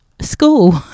School